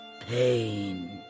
Pain